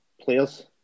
players